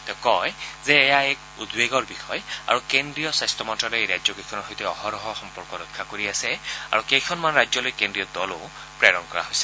তেওঁ কয় যে এয়া এক উদ্বেগৰ বিষয় আৰু কেন্দ্ৰীয় স্বাস্থ্য মন্ত্যালয়ে এই ৰাজ্যকেইখনৰ সৈতে অহৰহ সম্পৰ্ক ৰক্ষা কৰি আছে আৰু কেইখনমান ৰাজ্যলৈ কেন্দ্ৰীয় দলো প্ৰেৰণ কৰা হৈছে